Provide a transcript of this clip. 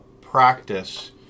practice